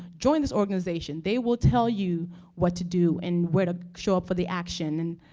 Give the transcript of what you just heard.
join this organization they will tell you what to do and where to show up for the action. and,